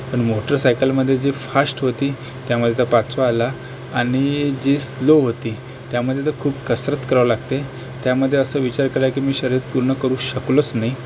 पण मोटरसायकलमध्ये जे फाश्ट होती त्यामध्ये तर पाचवा आला आणि जी स्लो होती त्यामध्ये तर खूप कसरत कराव लागते त्यामध्ये असं विचार केला की मी शर्यत पूर्ण करू शकलोच नाही